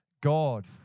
God